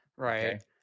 Right